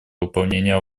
выполнения